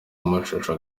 amashusho